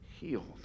healed